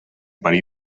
perill